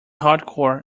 hardcore